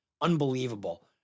unbelievable